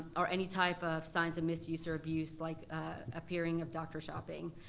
or any type of signs of misuse or abuse, like ah appearing of doctor shopping.